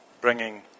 bringing